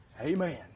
Amen